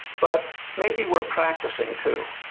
but maybe we're practicing too.